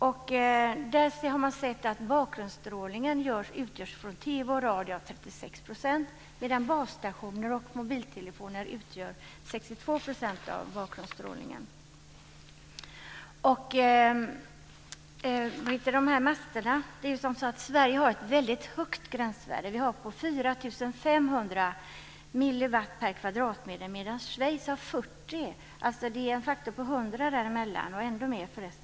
Man har sett att bakgrundsstrålningen i centrum utgörs till 36 % av strålning från TV och radiomaster, medan strålning från basstationer och mobiltelefoner utgör 62 % av bakgrundsstrålningen. När det gäller masterna har Sverige ett väldigt högt gränsvärde, 4 500 milliwatt per kvadratmeter medan Schweiz har 40. Det är alltså en faktor på 100 däremellan, ja, ännu mer faktiskt.